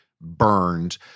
burned